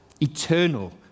Eternal